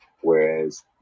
whereas